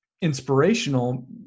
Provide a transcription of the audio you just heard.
inspirational